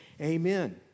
amen